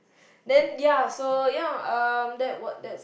then ya so ya um that what that's